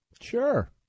Sure